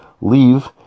leave